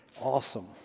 Awesome